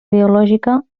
ideològica